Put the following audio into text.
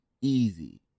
Easy